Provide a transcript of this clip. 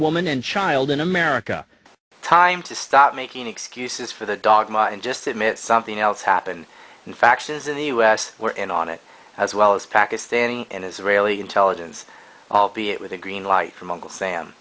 woman and child in america time to stop making excuses for the dog and just admit something else happened in factions in the us were in on it as well as pakistani and israeli intelligence albeit with a green light